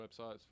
websites